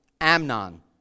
Amnon